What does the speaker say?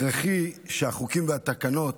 הכרחי שהחוקים והתקנות